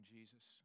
Jesus